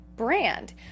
brand